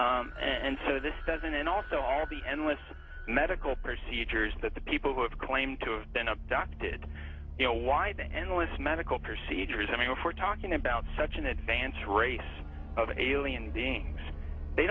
city and so this doesn't and also all the endless medical procedures that the people who have claimed to have been abducted you know why the endless medical procedures i mean if we're talking about such an advanced race of alien beings they